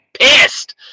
pissed